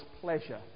pleasure